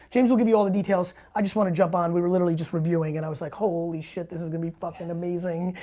james will give you all the details. i just wanted to jump on. we were literally just reviewing and i was like, holy shit, this is gonna be fuckin' amazing.